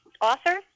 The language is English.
Author